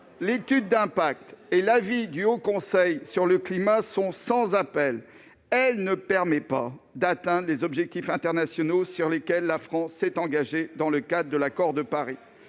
l'étude d'impact et l'avis du Haut Conseil pour le climat sont sans appel : elle ne permet pas d'atteindre les objectifs internationaux sur lesquels la France s'est engagée dans le cadre de l'accord de Paris.